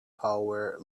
power